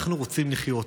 אנחנו רוצים לחיות.